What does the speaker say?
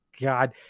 God